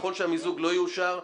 ככל שהמיזוג לא יאושר,